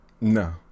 No